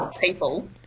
people